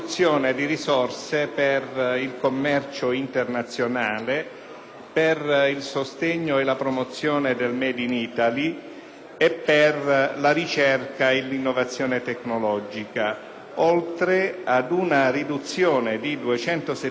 e per la ricerca e l'innovazione tecnologica, oltre ad una riduzione di 271 milioni di euro per la competitività e lo sviluppo delle imprese. Con gli ordini del giorno